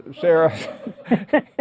Sarah